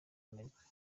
amerika